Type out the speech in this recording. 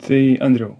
tai andriau